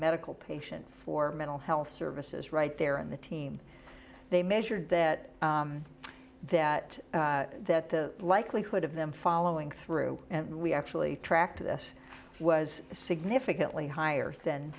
medical patients for mental health services right there in the team they measured that that that the likelihood of them following through and we actually tracked this was significantly higher than